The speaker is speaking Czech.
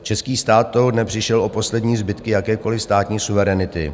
Český stát toho dne přišel o poslední zbytky jakékoliv státní suverenity.